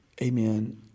Amen